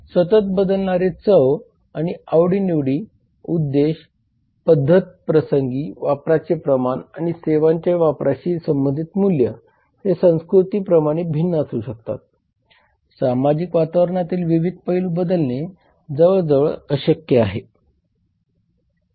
तर कायदे आणि नियम आणि भारतात व्यवसाय चालवण्याशी संबंधित महत्त्वाच्या कायद्यांची यादी खाली दिली आहे